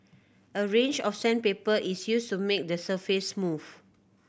a range of sandpaper is used to make the surface smooth